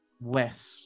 west